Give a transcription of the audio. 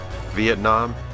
Vietnam